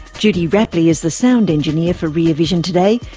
judy rapley is the sound engineer for rear vision today.